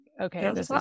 okay